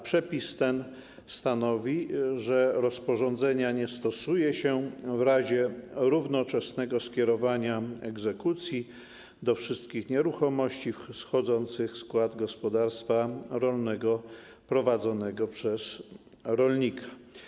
Przepis ten stanowi, że rozporządzenia nie stosuje się w razie równoczesnego skierowania egzekucji do wszystkich nieruchomości wchodzących w skład gospodarstwa rolnego prowadzonego przez rolnika.